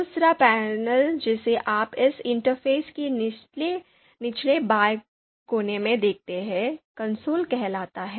दूसरा पैनल जिसे आप इस इंटरफ़ेस के निचले बाएँ कोने में देखते हैं कंसोल कहलाता है